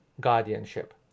guardianship